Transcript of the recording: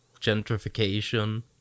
gentrification